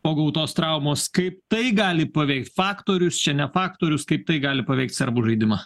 po gautos traumos kaip tai gali paveikt faktorius čia ne faktorius kaip tai gali paveikt serbų žaidimą